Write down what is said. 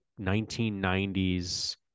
1990s